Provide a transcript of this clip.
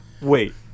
Wait